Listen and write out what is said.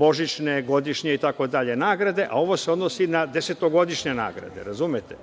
božićne itd. nagrade, a ovo se odnosi na desetogodišnje nagrade, razumete?